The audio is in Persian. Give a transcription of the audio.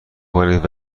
کنید